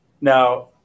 now